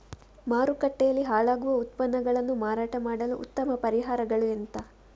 ಮಾರುಕಟ್ಟೆಯಲ್ಲಿ ಹಾಳಾಗುವ ಉತ್ಪನ್ನಗಳನ್ನು ಮಾರಾಟ ಮಾಡಲು ಉತ್ತಮ ಪರಿಹಾರಗಳು ಎಂತ?